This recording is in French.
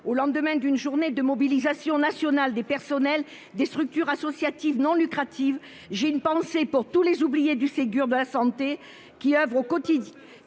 Au lendemain d'une journée de mobilisation nationale des personnels des structures associatives non lucratives, j'ai une pensée pour tous les oubliés du Ségur de la santé qui oeuvrent au quotidien